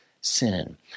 sin